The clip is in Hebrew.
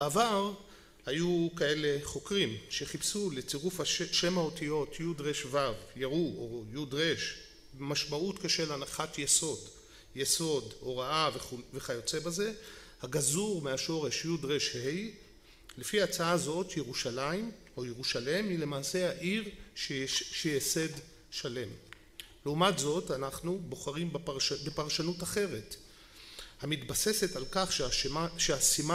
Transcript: בעבר, היו כאלה חוקרים, שחיפשו לצירוף שם האותיות י' ר' ו' ("ירו") או י' ר', משמעות כשל הנחת יסוד. יסוד, הוראה, וכיוצא בזה, הגזור מהשורש י' ר' ה', לפי הצעה הזאת ירושלים או ירושלם, היא למעשה העיר שייסד שלם. לעומת זאת, אנחנו, בוחרים בפרשנות אחרת המתבססת על כך שהסימן...